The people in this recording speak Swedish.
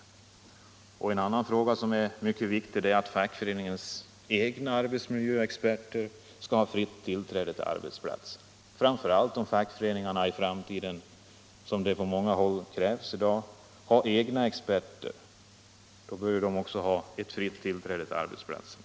En annan fråga som är mycket viktig är att fackföreningens egna arbetsmiljöexperter bör ha fritt tillträde till arbetsplatserna. Framför allt om fackföreningarna i framtiden, som det på många håll krävs i dag, skaffar sig egna experter bör dessa ha fritt tillträde till arbetsplatserna.